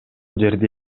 жерде